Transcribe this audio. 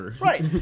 Right